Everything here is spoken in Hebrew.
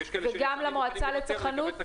וגם למועצה לצרכנות.